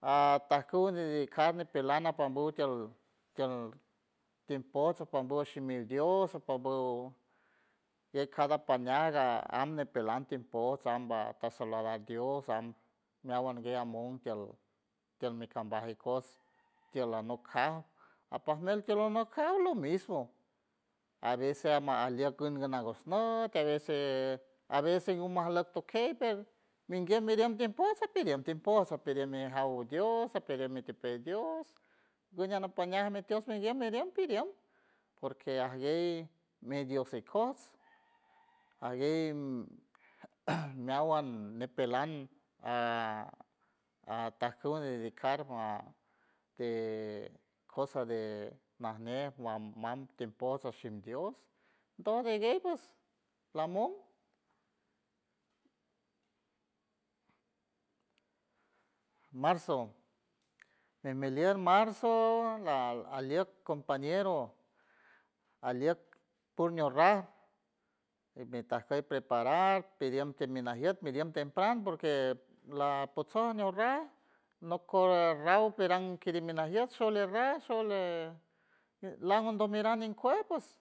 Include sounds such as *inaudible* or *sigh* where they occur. atajcu dedicar ñipilan apambu tiel tiel timpots shi mi dios sapambu de cada pañaga am ñipilen tiempost am ta saludar dios am meawan gue amon tiel tiel mikambaj ikojs tiel alanok cas apajmel tiel alanok jaula lo mismo, a veces amajlieck kün na- nagusnot a veces a veces gumasleck tokey per minguiem midiem tiem posa pidiem tiemposa pidiem mi jaw dios apidiem mitipey dios guñe anop pañaj mitios midiem pidiem porque ajguey mi dios ikojts aguey *noise* meawan nepelan a- atajcu dedicar a *hesitation* de cosa de najñe wam mam tiemposa shin dios dojdiguey lamon marzo mijmilet marzo ajlieck compañero alieck pur ñurrar mi tajkey preparar pidiem ti minajiet midiem tempran porque lapotsojt ñujrrar noco raw pirang crimi najiet sholerrar shole langondom miran nikuej pues.